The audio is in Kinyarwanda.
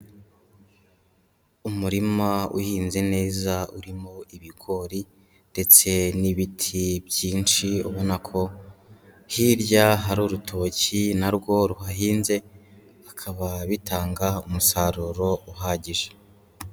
Umurima uhinze neza urimo ibigori ndetse n'ibiti byinshi ubona ko hirya hari urutoki na rwo ruhahinze bikaba bitanga umusaruro uhagije.